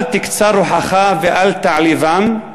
אל תקצר רוחך ואל תעליבם,